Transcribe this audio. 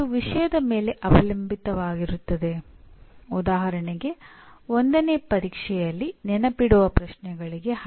ನಂತರದ ವಿಷಯ "ಫ್ಲೆಕ್ಸಿಬಿಲಿಟಿ" ಶಿಕ್ಷಣ ತಂತ್ರಗಳನ್ನು ಅಥವಾ ಬೋಧನಾ ವಿಧಾನಗಳನ್ನು ನಿರ್ದಿಷ್ಟಪಡಿಸುವುದಿಲ್ಲ